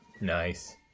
nice